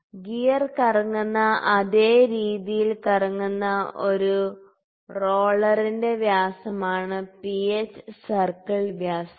60mm gear കറങ്ങുന്ന അതേ രീതിയിൽ കറങ്ങുന്ന ഒരു റോളറിന്റെ വ്യാസമാണ് പിച്ച് സർക്കിൾ വ്യാസം